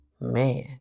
Man